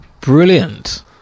Brilliant